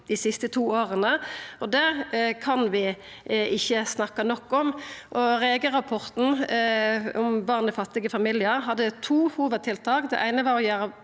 dei siste to åra, og det kan vi ikkje snakka nok om. Rege-rapporten, om barn i fattige familiar, hadde to hovudtiltak.